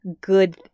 good